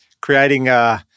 creating